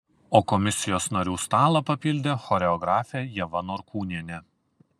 o komisijos narių stalą papildė choreografė ieva norkūnienė